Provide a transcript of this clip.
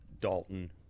Dalton